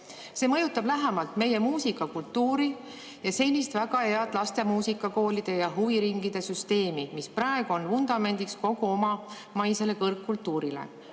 See mõjutab [otseselt] meie muusikakultuuri ja senist väga head lastemuusikakoolide ja huviringide süsteemi, mis praegu on vundamendiks kogu omamaisele kõrgkultuurile.